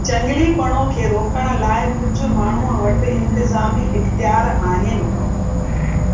झंगिली पणों खे रोकण लाइ कुझु माण्हूंअ वटि इन्तज़ामी इख्त्यारु आहिनि